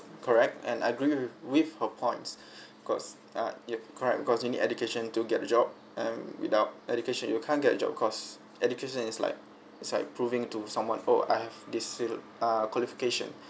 correct and I agree with with her points cause uh yup correct because you need education to get a job and without education you can't get a job cause education it's like it's like proving to someone oh I have this seal err qualification